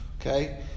Okay